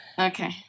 Okay